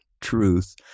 truth